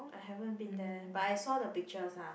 I haven't been there but I saw the pictures ah